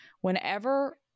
whenever